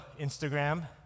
Instagram